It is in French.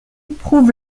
prouve